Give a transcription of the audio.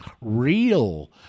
real